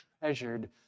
treasured